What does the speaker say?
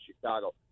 Chicago